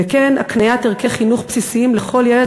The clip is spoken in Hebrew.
וכן הקניית ערכי חינוך בסיסיים לכל ילד